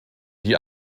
die